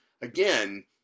again